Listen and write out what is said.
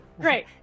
Great